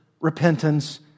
repentance